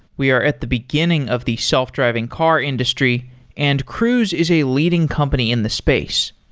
we are at the beginning of the self-driving car industry and cruise is a leading company in the space.